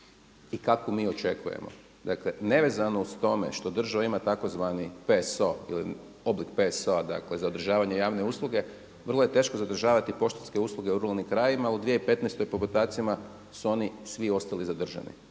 i kakvu mi očekujemo. Dakle nevezano uz to što država ima tzv. PSO ili oblik PSO-a dakle zadržavanje javne usluge, vrlo je teško zadržavati poštanske usluge u ruralnim krajevima. U 2015. po … su oni svi ostali zadržani,